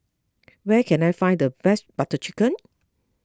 where can I find the best Butter Chicken